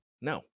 No